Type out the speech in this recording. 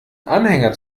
anhänger